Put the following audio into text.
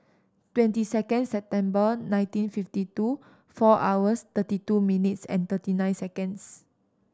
twenty second September nineteen fifty two four hours thirty two minutes and thirty nine seconds